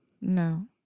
No